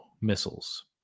Missiles